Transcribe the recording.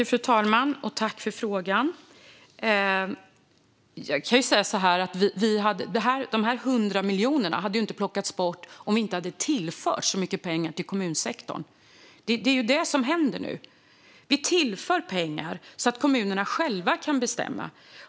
Fru talman! Tack för frågan! De 100 miljonerna hade inte plockats bort om vi inte hade tillfört så mycket pengar till kommunsektorn. Det är detta som händer nu: Vi tillför pengar så att kommunerna själva kan bestämma.